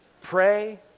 pray